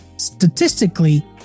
Statistically